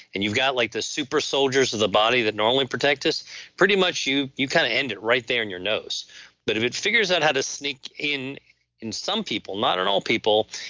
and you've got like the super soldiers of the body that normally protect us pretty much you you kind of end it right there in your nose but if it figures out how to sneak in in some people, not at and all people,